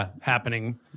happening